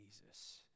Jesus